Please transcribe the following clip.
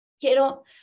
Quiero